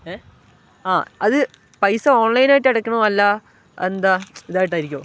ഏ ആ അത് പൈസ ഓൺലൈനായിട്ട് അടക്കണോ അല്ല എന്താ ഇതായിട്ടായിരിക്കോ